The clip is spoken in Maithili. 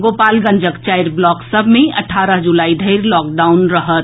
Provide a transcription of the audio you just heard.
गोपालगंजक चारि ब्लॉक सभ मे अठारह जुलाई धरि लॉकडाउन रहत